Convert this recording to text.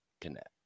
connect